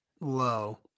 low